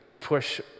push